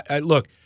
Look